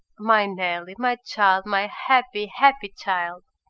my nelly, my child, my happy, happy child